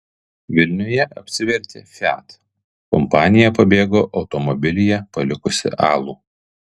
vilniuje apsivertė fiat kompanija pabėgo automobilyje palikusi alų